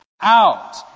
out